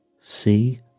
See